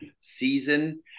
season